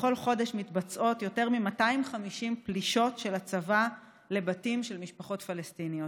בכל חודש מתבצעות יותר מ-250 פלישות של הצבא לבתים של משפחות פלסטיניות.